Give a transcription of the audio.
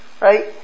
right